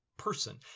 Person